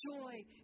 joy